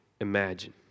imagine